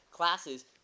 classes